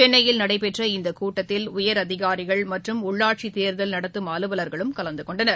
சென்னையில் நடைபெற்ற இந்த கூட்டத்தில் உயர் அதிகாரிகள் மற்றும் உள்ளாட்சி தேர்தல் நடத்தும் அலுவலர்களும் கலந்துகொண்டனர்